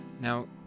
Now